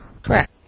Correct